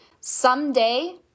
Someday